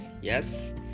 yes